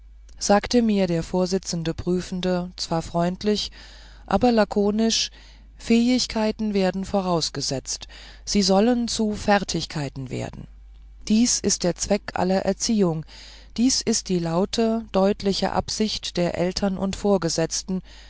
sagte mir der vorsitzende prüfende zwar freundlich aber lakonisch fähigkeiten werden vorausgesetzt sie sollen zu fertigkeiten werden dies ist der zweck aller erziehung dies ist die laute deutliche absicht der eltern und vorgesetzten